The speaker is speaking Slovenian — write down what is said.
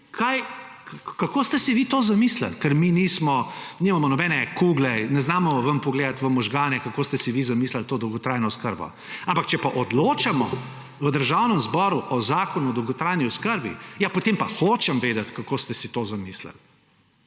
kaj, kako ste si vi to zamislili. Ker mi nimamo nobene kugle in ne znamo vam pogledati v možgane, kako ste si vi zamislili to dolgotrajno oskrbo. Ampak če pa odločamo v Državnem zboru o zakonu o dolgotrajni oskrbi, potem pa hočem vedeti, kako ste si to zamislili.